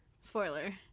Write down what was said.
spoiler